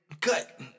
cut